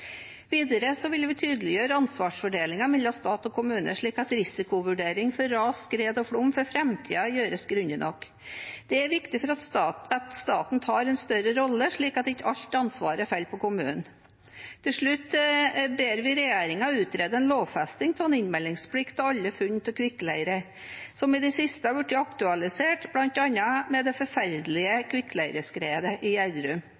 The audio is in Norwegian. Videre vil vi tydeliggjøre ansvarsfordelingen mellom stat og kommune, slik at risikovurdering for ras, skred og flom for framtiden gjøres grundig nok. Det er viktig at staten tar en større rolle, slik at ikke alt ansvar faller på kommunen. Til slutt ber vi regjeringen utrede en lovfesting av en innmeldingsplikt av alle funn av kvikkleire, som i det siste har vært aktualisert bl.a. med det forferdelige kvikkleireskredet i